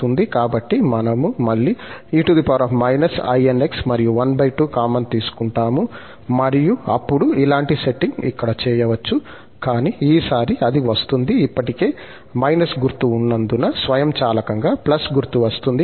కాబట్టి మనము మళ్ళీ e−inx మరియు 12 కామన్ తీసుకుంటాము మరియు అప్పుడు ఇలాంటి సెట్టింగ్ ఇక్కడ చేయవచ్చు కానీ ఈసారి అది వస్తుంది ఇప్పటికే గుర్తు ఉన్నందున స్వయంచాలకంగా గుర్తు వస్తుంది